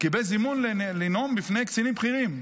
קיבל זימון לנאום בפני קצינים בכירים.